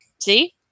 See